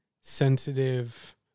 sensitive